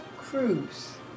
Cruise